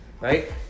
right